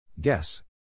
Guess